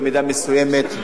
במידה מסוימת.